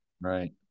Right